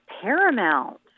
paramount